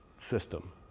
system